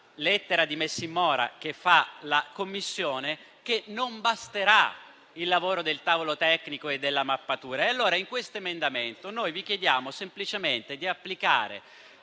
lettera di messa in mora della Commissione, che non basterà il lavoro del tavolo tecnico e della mappatura. Pertanto, in questo emendamento vi chiediamo semplicemente di applicare